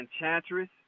enchantress